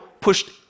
pushed